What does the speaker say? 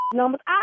numbers